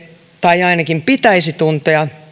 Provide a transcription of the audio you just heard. tai hänen ainakin pitäisi tuntea